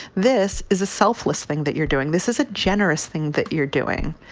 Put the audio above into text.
this is a selfless thing that you're doing. this is a generous thing that you're doing.